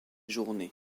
journées